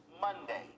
Monday